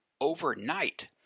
overnight